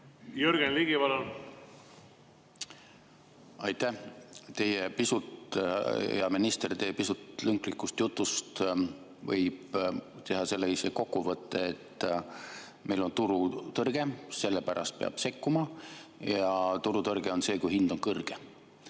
Jürgen Ligi, palun! Aitäh! Hea minister! Teie pisut lünklikust jutust võib teha kokkuvõtte, et meil on turutõrge, sellepärast peab sekkuma. Ja turutõrge on see, kui hind on kõrge.